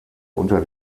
unter